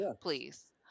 Please